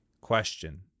Question